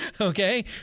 okay